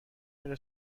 میره